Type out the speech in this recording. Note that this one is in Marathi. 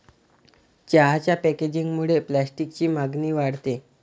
चहाच्या पॅकेजिंगमुळे प्लास्टिकची मागणी वाढते